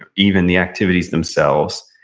even the activities themselves,